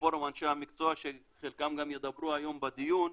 פורום אנשי המקצוע שחלקם גם ידברו היום בדיון,